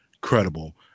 credible